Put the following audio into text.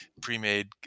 pre-made